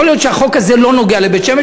יכול להיות שהחוק הזה לא נוגע לבית-שמש,